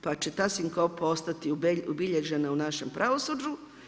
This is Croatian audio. Pa će ta sinkopa ostati obilježena u našem pravosuđu.